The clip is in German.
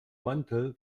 mantel